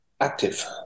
active